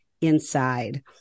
inside